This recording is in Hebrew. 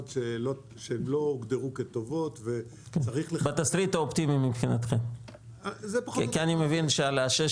שלא הוגדרו כטובות -- בתסריט האופטימי מבחינתכם כי אני מבין שעל השש,